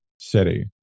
city